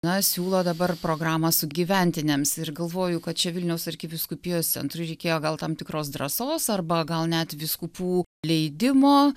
na siūlo dabar programą sugyventiniams ir galvoju kad čia vilniaus arkivyskupijos centrui reikėjo gal tam tikros drąsos arba gal net vyskupų leidimo